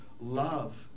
love